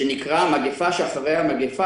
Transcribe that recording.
שנקרא "המגפה שאחרי המגפה",